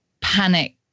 panic